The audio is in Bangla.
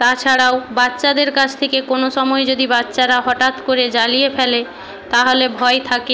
তাছাড়াও বাচ্চাদের কাছ থেকে কোনো সময় যদি বাচ্চারা হঠাৎ করে জ্বালিয়ে ফেলে তাহলে ভয় থাকে